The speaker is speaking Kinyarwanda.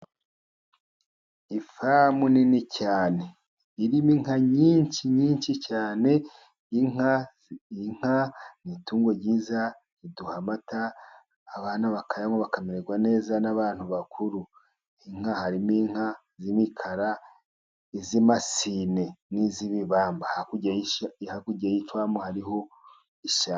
Ifamu nini cyane irimo inka nyinshi nyinshi cyane. Inka ni itungo ryiza riduha amata abana bakayanywa bakamererwa neza, n'abantu bakuru. Harimo inka z'imikara, iz'amamasine n'iz'ibibamba. Hakurya y'ifamu hariho ishyamba.